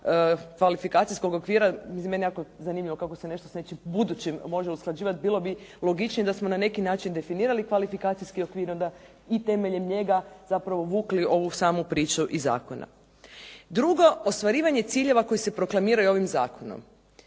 kvalifikacijskog okvira. Meni je jako zanimljivo kako se nešto s nečim budućim može usklađivati. Bilo bi logičnije da smo na neki način definirali kvalifikacijski okvir onda i temeljem njega zapravo vukli ovu samu priču iz zakona. Drugo, ostvarivanje ciljeva koji se proklamiraju ovim zakonom.